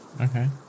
okay